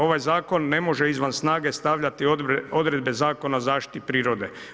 Ovaj zakon ne može izvan snage stavljati odredbe Zakona o zaštiti prirode.